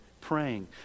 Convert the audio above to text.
praying